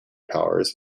powers